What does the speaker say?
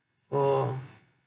oh